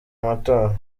amatora